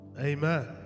Amen